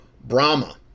Brahma